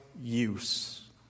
use